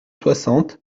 soixante